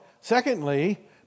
Secondly